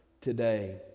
today